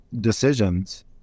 decisions